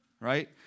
Right